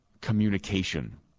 communication